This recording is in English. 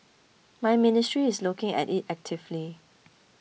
my ministry is looking at it actively